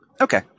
Okay